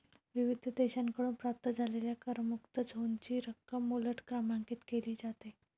विविध देशांकडून प्राप्त झालेल्या करमुक्त झोनची रक्कम उलट क्रमांकित केली जाते